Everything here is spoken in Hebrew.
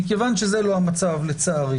כיון שזה לא המצב לצערי